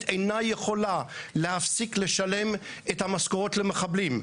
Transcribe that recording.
אינה יכולה להפסיק לשלם את המשכורות למחבלים,